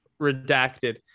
redacted